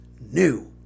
new